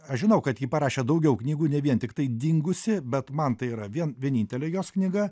aš žinau kad ji parašė daugiau knygų ne vien tiktai dingusį bet man tai yra vien vienintelė jos knyga